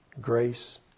grace